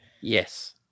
Yes